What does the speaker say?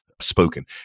spoken